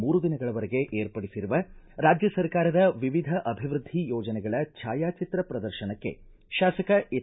ಮೂರು ದಿನಗಳ ವರೆಗೆ ಏರ್ಪಡಿಸಿರುವ ರಾಜ್ಜ ಸರ್ಕಾರದ ವಿವಿಧ ಅಭಿವೃದ್ಧಿ ಯೋಜನೆಗಳ ಛಾಯಾಚಿತ್ರ ಪ್ರದರ್ಶನಕ್ಕೆ ಶಾಸಕ ಎಚ್